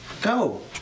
Go